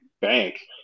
bank